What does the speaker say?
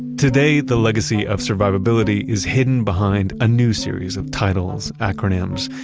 today, the legacy of survivability is hidden behind a new series of titles, acronyms,